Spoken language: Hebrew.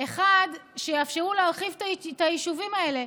האחד, שיאפשרו להרחיב את היישובים האלה.